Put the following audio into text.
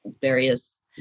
various